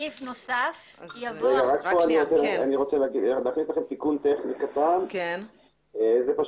אני רוצה להכניס תיקון טכני קטן: זה לא